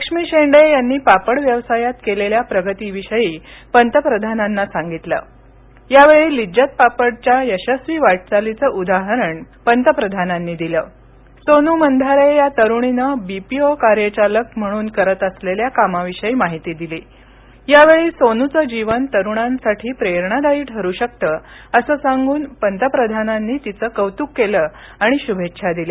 लक्ष्मी शेंडे यांनी पापड व्यवसायात केलेल्या प्रगती विषयी पंतप्रधानांना सांगितलं यावेळी लिज्जत पापड च्या यशस्वी वाटचाली चं उदाहरण पंतप्रधानांनी दिलं सोनु मंधारे या तरुणीनं बीपीओ कार्यचालक म्हणून करत असलेल्या कामाविषयी माहिती दिली यावेळी सोनूच जीवन तरुणांसाठी प्रेरणादायी ठरू शकत अस सांगून पंतप्रधानांनी तिचं कौतुक केलं आणि शुभेच्छा दिल्या